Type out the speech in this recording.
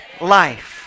Life